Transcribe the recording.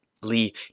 Lee